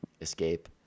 escape